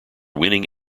winning